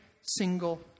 single